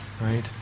Right